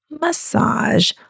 massage